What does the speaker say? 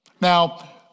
now